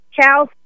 cows